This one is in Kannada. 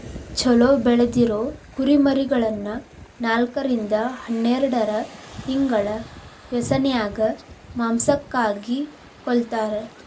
ಚೊಲೋ ಬೆಳದಿರೊ ಕುರಿಮರಿಗಳನ್ನ ನಾಲ್ಕರಿಂದ ಹನ್ನೆರಡ್ ತಿಂಗಳ ವ್ಯಸನ್ಯಾಗ ಮಾಂಸಕ್ಕಾಗಿ ಕೊಲ್ಲತಾರ